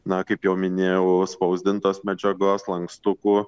na kaip jau minėjau spausdintos medžiagos lankstukų